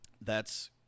thats